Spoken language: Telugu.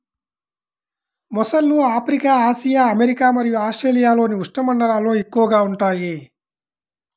మొసళ్ళు ఆఫ్రికా, ఆసియా, అమెరికా మరియు ఆస్ట్రేలియాలోని ఉష్ణమండలాల్లో ఎక్కువగా ఉంటాయి